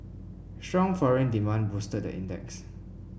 strong foreign demand boosted the index